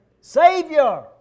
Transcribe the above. Savior